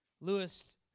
Lewis